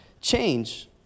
change